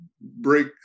break